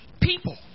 people